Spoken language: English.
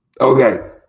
Okay